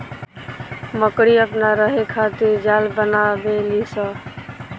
मकड़ी अपना रहे खातिर जाल बनावे ली स